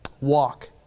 walk